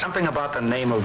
something about the name of